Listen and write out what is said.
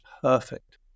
perfect